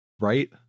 right